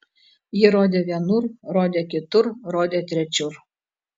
ji rodė vienur rodė kitur rodė trečiur